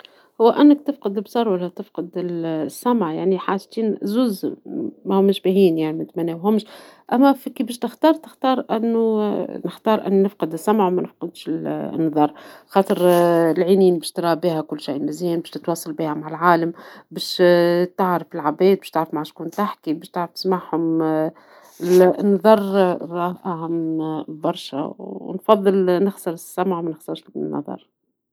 هو أنك تفقد البصر ولا تفقد السمع ، يعني حاجتين زوز ماهمش باهيين منتمناوهمش ، أما فكي باش تختار نختار أنو نفقد السمع ومنفقدش البصر ، خاطر العينين باش ترى بيها وكل شي ،باش تتواصل بيها مع العالم ، باش تعرف العباد ، باش تعرف مع شكون تحكي ، باش تعرف تسمعهم ، النظر راهو أهم برشا ، نفضل نخسر السمع ومنخسرش النظر.